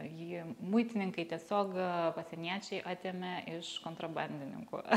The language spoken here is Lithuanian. jį muitininkai tiesiog pasieniečiai atėmė iš kontrabandininkų